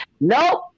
Nope